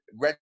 Red